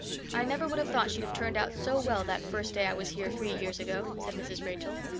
i never would have thought she'd have turned out so well that first day i was here three years ago, said mrs. rachel.